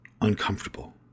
uncomfortable